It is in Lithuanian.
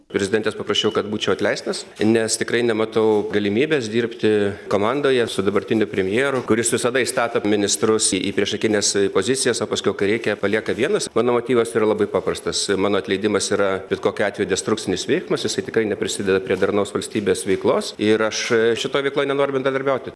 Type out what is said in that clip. prezidentės paprašiau kad būčiau atleistas nes tikrai nematau galimybės dirbti komandoje su dabartiniu premjeru kuris visada įstato ministrus į priešakines pozicijas o paskui kai reikia palieka vienus mano motyvas yra labai paprastas mano atleidimas yra bet kokiu atveju destrukcinis veiksmas jisai tikrai neprisideda prie darnaus valstybės veiklos ir aš šitoj veikloj nenoriu bendradarbiauti